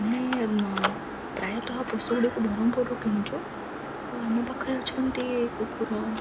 ଆମେ ପ୍ରାୟତଃ ପଶୁଗୁଡ଼ିକୁ ବ୍ରହ୍ମପୁରରୁ କିଣୁଛୁ ଆଉ ଆମ ପାଖରେ ଅଛନ୍ତି କୁକୁର